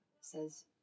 says